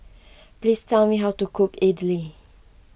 please tell me how to cook Idly